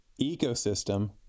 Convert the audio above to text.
ecosystem